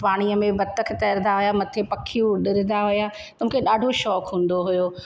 पाणीअ में बतक तरंदा हुआ मथे पखियूं उॾंदा हुआ त मूंखे ॾाढो शौक़ु हूंदो हुओ